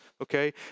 okay